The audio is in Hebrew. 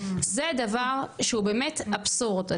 זה דבר שהוא באמת אבסורד.